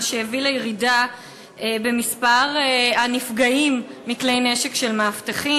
מה שהביא לירידה במספר הנפגעים מכלי נשק של מאבטחים.